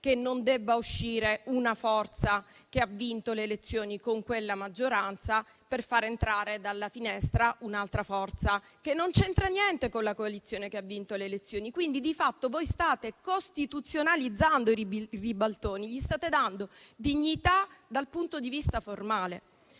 che non debba uscire una forza che ha vinto le elezioni con quella maggioranza per far entrare dalla finestra un'altra forza che non c'entra niente con la coalizione che ha vinto le elezioni. Di fatto, state costituzionalizzando i ribaltoni e gli state dando dignità dal punto di vista formale,